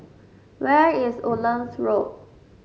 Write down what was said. where is Woodlands Road